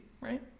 right